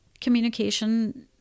Communication